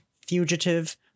fugitive